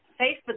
Facebook